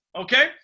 Okay